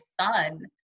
son